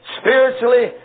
spiritually